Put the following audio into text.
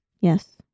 Yes